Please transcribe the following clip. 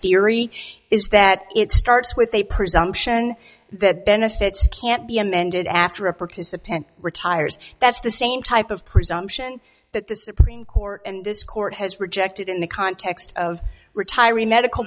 theory is that it starts with a presumption that benefits can't be amended after a participant retires that's the same type of presumption that the supreme court and this court has rejected in the context of retiree medical